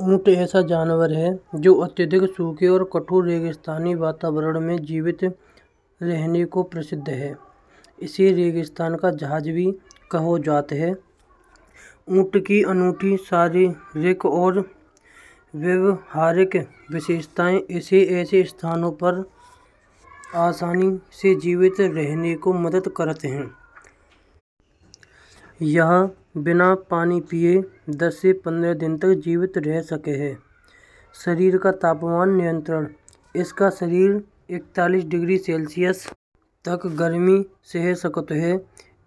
ऊंट ऐसा जानवर है जो अत्यधिक सुखी और कठोर रेगिस्तानी पर्यावरण में जीवित रहने को प्रसिद्ध है। इसी रेगिस्तान का जहाज भी कहो जाते हैं। ऊंट के अनोखी शारीरिक और व्यावहारिक विशेषताएँ ऐसे स्थानों पर आसानी से जीवित रहने को मदद करत है। यह बिना पानी पिए दस से पंद्रह दिन तक जीवित रह सके हैं। शरीर का तापमान नियंत्रण इसका शरीर इकतालीस डिग्री सेल्सियस तक गर्मी सह सकता है।